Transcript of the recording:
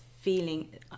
feeling